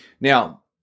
Now